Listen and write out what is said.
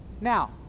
Now